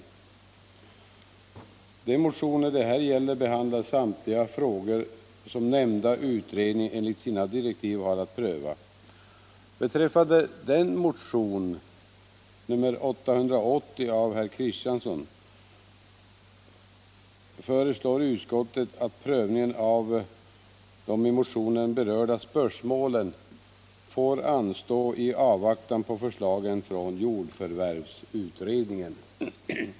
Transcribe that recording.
Samtliga de motioner det här gäller behandlar frågor som nämnda utredning enligt sina direktiv har att pröva. Beträffande en motion, nr 880 av herr Kristiansson, föreslår utskottet att prövningen av de i motionen berörda spörsmålen får anstå i avvaktan på förslagen från jordförvärvsutredningen.